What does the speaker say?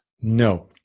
No